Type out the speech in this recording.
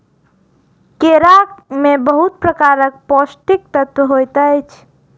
केरा में बहुत प्रकारक पौष्टिक तत्व होइत अछि